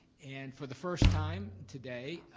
and for the first time today,